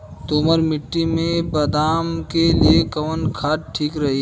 दोमट मिट्टी मे बादाम के लिए कवन खाद ठीक रही?